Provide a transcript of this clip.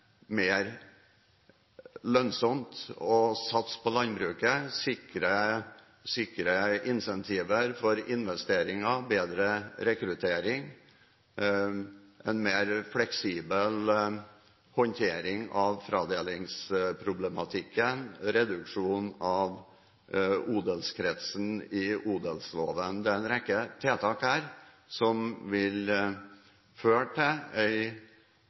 mer lønnsomt å satse på landbruket, vil sikre incentiver for investeringer, vil bedre rekrutteringen, vil føre til en mer fleksibel håndtering av fradelingsproblematikken, vil innskrenke odelskretsen i odelsloven. Dette er en rekke tiltak som vil føre til